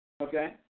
Okay